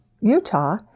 Utah